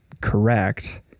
correct